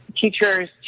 teachers